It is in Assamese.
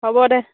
হ'ব দে